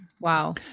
Wow